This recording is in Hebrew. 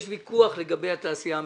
יש ויכוח לגבי התעשייה המסורתית.